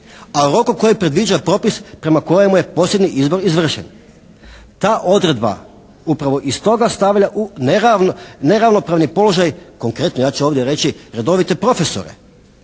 A u roku kojeg predviđa propis prema kojemu je posljednji izbor izvršen. Ta odredba upravo i stoga stavlja u neravnopravni položaj, konkretno ja ću ovdje reći redovite profesore.